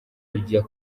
kujya